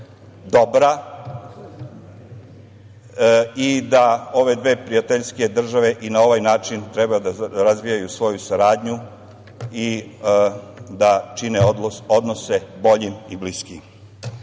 dobra i da ove dve prijateljske države i na ovaj način trebaju da razvijaju svoju saradnju i da čine odnose boljim i bliskim. Što